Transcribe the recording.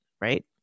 right